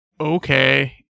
okay